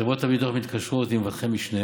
חברות הביטוח מתקשרות עם מבטחי משנה